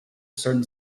certain